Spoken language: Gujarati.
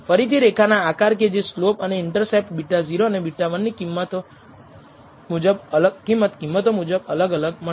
ફરીથી રેખાના આકાર કે જે સ્લોપ અને ઇન્ટરસેપ્ટ β0 અને β1 ની કિંમત કિંમતો મુજબ અલગ મળશે